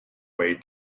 way